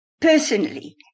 personally